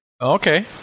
Okay